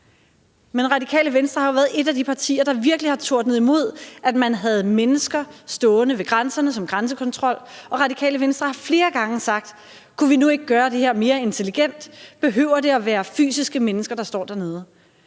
Men Radikale Venstre har jo været et af de partier, der virkelig har tordnet imod, at man havde mennesker stående ved grænserne som grænsekontrol, og Radikale Venstre har flere gange sagt: Skulle vi nu ikke gøre det her mere intelligent, behøver det at være fysiske mennesker, der står dernede?